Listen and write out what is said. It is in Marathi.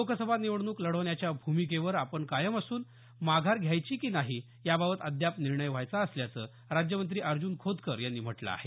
लोकसभा निवडणूक लढवण्याच्या भूमिकेवर आपण कायम असून माघार घ्यायची की नाही याबाबत अद्याप निर्णय व्हायचा असल्याचं राज्यमंत्री अर्ज्ञन खोतकर यांनी म्हटलं आहे